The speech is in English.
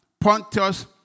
Pontius